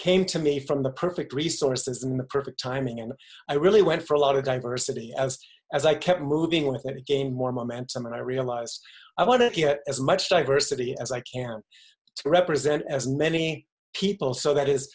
came to me from the perfect resources and the perfect timing and i really went for a lot of diversity as as i kept moving with it gain more momentum and i realized i wanted to get as much diversity as i can represent as many people so that is